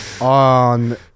on